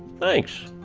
thanks.